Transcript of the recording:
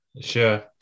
sure